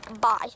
bye